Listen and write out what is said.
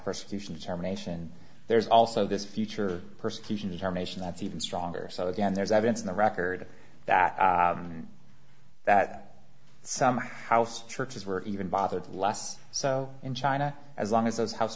persecution determination there's also this future persecution determination that's even stronger so again there's evidence in the record that that summer house churches were even bothered less so in china as long as those house